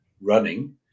running